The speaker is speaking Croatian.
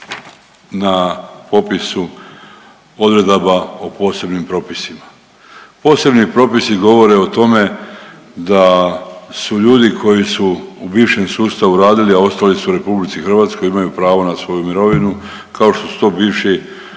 na popisu odredaba o posebnim propisima. Posebni propisi govore o tome da su ljudi koji su u bivšem sustavu radili, a ostali su u RH imaju pravo na svoju mirovinu, kao što su to bivši